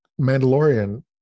Mandalorian